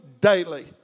daily